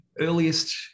earliest